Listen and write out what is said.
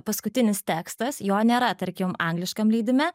paskutinis tekstas jo nėra tarkim angliškam leidime